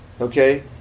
okay